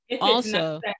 also-